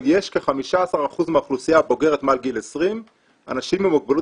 יש כ-15% מהאוכלוסייה הבוגרת מעל גיל 20 אנשים עם מוגבלות